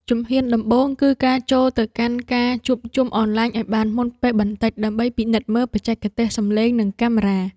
ជំហានដំបូងគឺការចូលទៅកាន់ការជួបជុំអនឡាញឱ្យបានមុនពេលបន្តិច ដើម្បីពិនិត្យមើលបច្ចេកទេសសម្លេង និងកាមេរ៉ា។